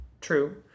true